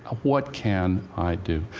what can i do?